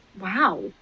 Wow